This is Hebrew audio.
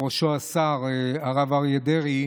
ובראשו השר הרב אריה דרעי,